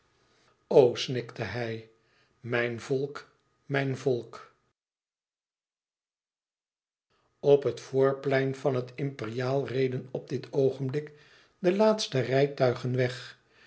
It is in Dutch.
snikte hij mijn volk mijn volk aargang p het voorplein van het imperiaal reden op dit oogenblik de laatste rijtuigen weg